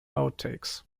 outtakes